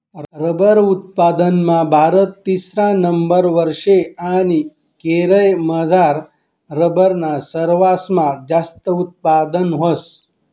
rubber उत्पादनमा भारत तिसरा नंबरवर शे आणि केरयमझार रबरनं सरवासमा जास्त उत्पादन व्हस